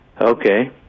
Okay